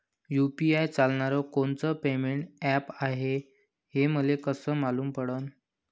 UPI चालणारं कोनचं payment app हाय, हे मले कस मालूम पडन?